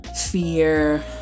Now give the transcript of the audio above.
fear